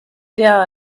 down